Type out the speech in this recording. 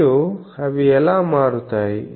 మరియు అవి ఎలా మారుతాయి